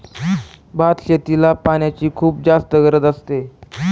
भात शेतीला पाण्याची खुप जास्त गरज असते